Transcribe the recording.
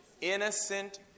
innocent